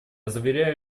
заверяю